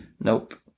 Nope